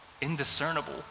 indiscernible